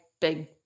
big